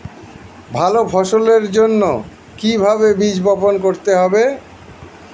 ভালো ফসলের জন্য কিভাবে বীজ বপন করতে হবে?